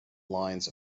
lines